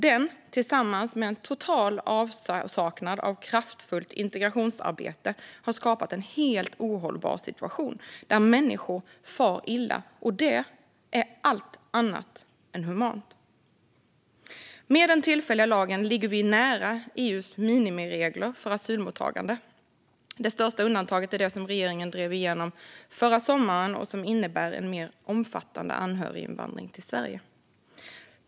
Den har, tillsammans med total avsaknad av kraftfullt integrationsarbete, skapat en helt ohållbar situation där människor far illa. Det är allt annat än humant. Med den tillfälliga lagen ligger vi nära EU:s minimiregler för asylmottagande. Det största undantaget är det som regeringen drev igenom förra sommaren och som innebär en mer omfattande anhöriginvandring till Sverige.